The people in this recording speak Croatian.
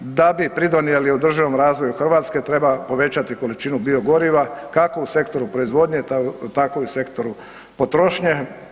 Da bi pridonijeli održivom razvoju Hrvatske treba povećati količinu biogoriva kako u sektoru proizvodnje tako i u sektoru potrošnje.